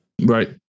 Right